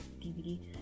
DVD